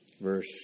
verse